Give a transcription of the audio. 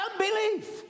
unbelief